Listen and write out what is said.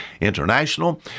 International